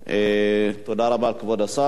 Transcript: תודה רבה, כבוד השר.